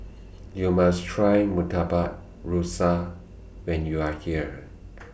YOU must Try Murtabak Rusa when YOU Are here